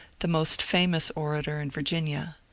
the most famous orator in vir ginia.